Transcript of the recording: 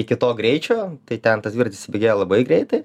iki to greičio tai ten ta svirtis beje labai greitai